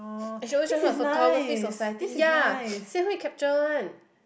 and she always join those kind of photography society ya Xian-Hui capture one